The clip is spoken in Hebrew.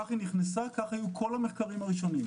כך היו כל המחקרים הראשונים,